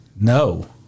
No